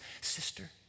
sister